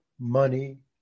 money